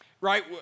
Right